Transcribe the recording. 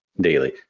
daily